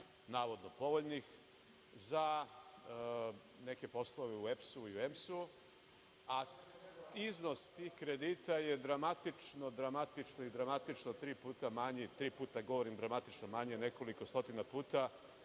navodno povoljnih za neke poslove u EPS ili EMS, a iznos tih kredita je dramatično, dramatično i dramatično tri puta manji. Tri puta govorim dramatično manji, nekoliko stotina puta